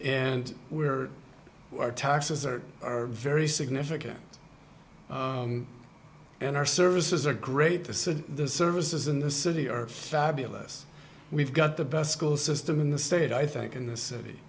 and where our taxes are very significant and our services are great the services in this city earth fabulous we've got the best school system in the state i think in the city